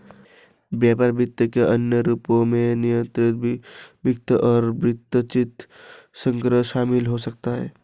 व्यापार वित्त के अन्य रूपों में निर्यात वित्त और वृत्तचित्र संग्रह शामिल हो सकते हैं